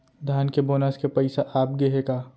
धान के बोनस के पइसा आप गे हे का?